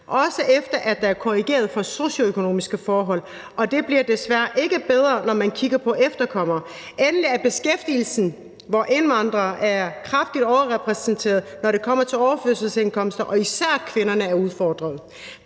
også efter at der er korrigeret for socioøkonomiske forhold, og det bliver desværre ikke bedre, når man kigger på efterkommere. Endelig er der beskæftigelsen, hvor indvandrere er kraftigt overrepræsenteret, når det kommer til overførselsindkomster – og især kvinderne er udfordret.